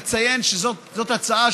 יכול להיות שבשבוע הבא תבוא לפה גם הצעת